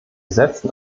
setzen